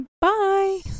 bye